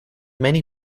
many